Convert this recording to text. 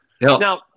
Now